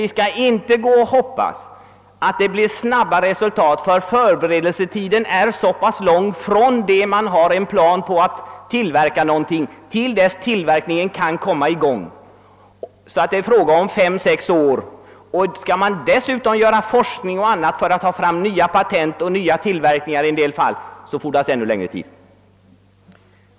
Vi skall emellertid inte hoppas på snabba resultat, ty förberedelsetiden från det att man har en plan på att tillverka någonting till dess att tillverkningen kan komma i gång är så pass lång som fem å sex år. Blir det dessutom fråga om forskningsarbete och liknande, som leder till nya patent och nyproduktion, kan det i en del fall bli fråga om ännu längre tid.